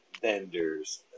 vendors